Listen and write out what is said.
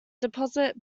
deposit